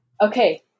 okay